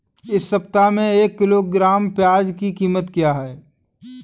इस सप्ताह एक किलोग्राम प्याज की कीमत क्या है?